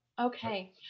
Okay